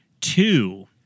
two